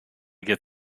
get